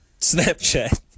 Snapchat